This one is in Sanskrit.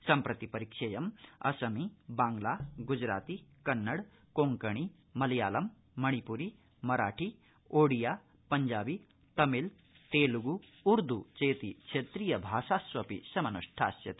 सम्प्रति परीक्षेयं असमी बांग्ला गुजराती कन्न्ड कोंकणी मलयालम मणिप्री मराठी ओडिया पञ्जाबी तमिल तेल्गु उर्दू चेति क्षेत्रीयास् भाषास्वपि समनुष्ठास्यते